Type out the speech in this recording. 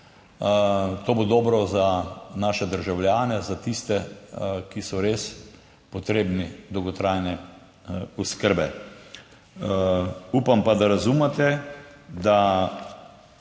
To bo dobro za naše državljane, za tiste, ki so res potrebni dolgotrajne oskrbe. Upam pa, da razumete, da